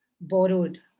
borrowed